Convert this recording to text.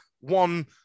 one